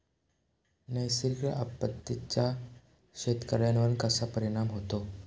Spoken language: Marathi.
नैसर्गिक आपत्तींचा शेतकऱ्यांवर कसा परिणाम होतो?